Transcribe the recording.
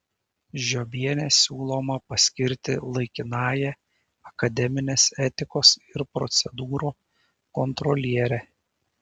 žiobienę siūloma paskirti laikinąja akademinės etikos ir procedūrų kontroliere